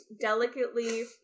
delicately